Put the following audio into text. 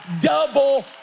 double